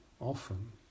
often